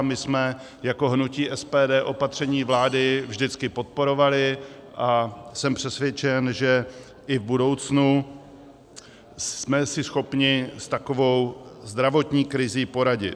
My jsme jako hnutí SPD opatření vlády vždycky podporovali a jsem přesvědčen, že i v budoucnu jsme si schopni s takovou zdravotní krizí poradit.